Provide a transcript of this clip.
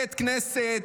בית כנסת,